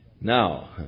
Now